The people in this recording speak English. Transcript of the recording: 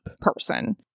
person